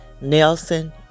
Nelson